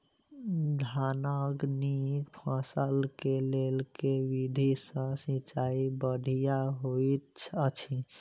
धानक नीक फसल केँ लेल केँ विधि सँ सिंचाई बढ़िया होइत अछि?